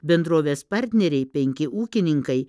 bendrovės partneriai penki ūkininkai